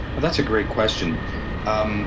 but that's a great question um